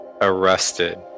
arrested